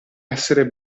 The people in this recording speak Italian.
esser